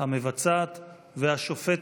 המבצעת והשופטת.